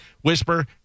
Whisper